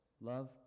Love